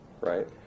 right